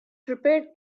prepared